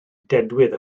dedwydd